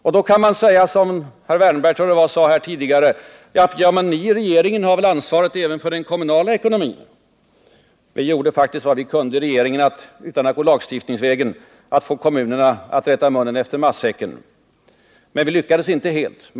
Man kan då säga, som herr Wärnberg gjorde tidigare, att ni som sitter i regeringen väl även har ansvaret för den kommunala ekonomin. Vi gjorde faktiskt vad vi kunde i regeringen för att, utan att gå lagstiftningsvägen, få kommunerna att rätta munnen efter matsäcken, men vi lyckades inte helt.